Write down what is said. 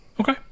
Okay